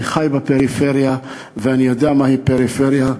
אני חי בפריפריה ואני יודע מהי פריפריה.